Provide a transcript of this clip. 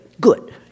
good